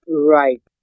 Right